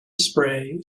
spray